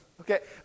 Okay